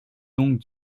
donc